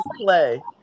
play